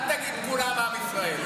אל תגיד: כולם עם ישראל.